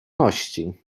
mości